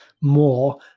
more